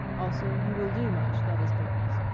also, you will do much that is bogus.